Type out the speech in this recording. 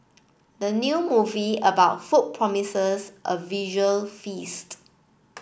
the new movie about food promises a visual feast